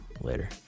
Later